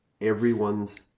Everyone's